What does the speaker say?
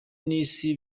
n’isi